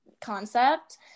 concept